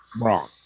wrong